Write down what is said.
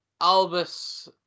Albus